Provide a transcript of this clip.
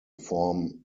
form